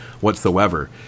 whatsoever